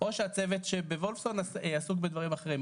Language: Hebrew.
או שכשהצוות בבית החולים וולפסון עסוק בדברים אחרים,